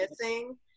missing